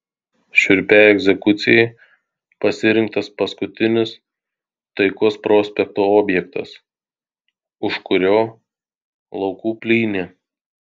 šiurpiai egzekucijai pasirinktas paskutinis taikos prospekto objektas už kurio laukų plynė